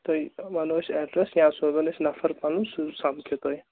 تُہۍ وَنو أسۍ ایٚڈرَس یا سوزن أسۍ نَفر پَنُن سُہ سَمکھِ تۄہہِ